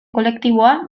kolektiboa